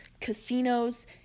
Casinos